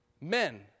men